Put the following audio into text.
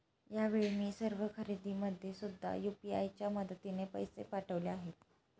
यावेळी मी सर्व खरेदीमध्ये सुद्धा यू.पी.आय च्या मदतीने पैसे पाठवले आहेत